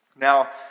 Now